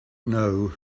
know